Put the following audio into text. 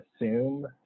assume